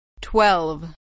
Twelve